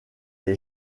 est